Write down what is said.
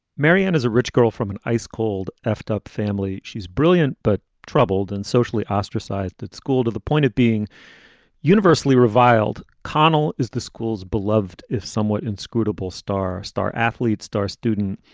mary ann is a rich girl from an ice cold, effed up family. she's brilliant but troubled and socially ostracized at school to the point of being universally reviled. connell is the school's beloved, if somewhat somewhat inscrutable. star. star athlete. star student.